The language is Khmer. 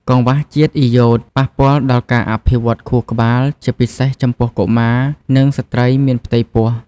កង្វះជាតិអ៊ីយ៉ូត ប៉ះពាល់ដល់ការអភិវឌ្ឍខួរក្បាល ជាពិសេសចំពោះកុមារ និងស្ត្រីមានផ្ទៃពោះ។